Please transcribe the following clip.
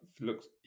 looks